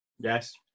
Yes